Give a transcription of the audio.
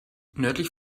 nördlich